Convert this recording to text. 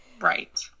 Right